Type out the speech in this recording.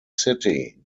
city